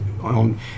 on